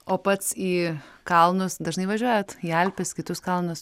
o pats į kalnus dažnai važiuojat į alpes kitus kalnus